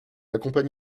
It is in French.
accompagne